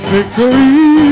Victory